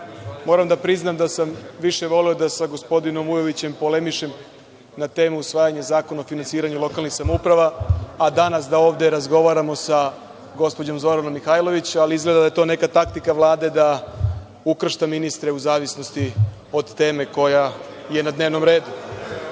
moram da priznam da sam više voleo da sa gospodinom Vujovićem polemišem na temu usvajanja Zakona o finansiranju lokalnih samouprava, a danas da ovde razgovaramo sa gospođom Zoranom Mihajlović, ali izgleda da je to neka taktika Vlade da ukršta ministre u zavisnosti od teme koja je na dnevnom redu. Što